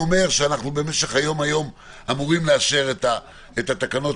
במשך היום אנחנו אמורים לאשר סופית את התקנות,